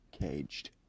caged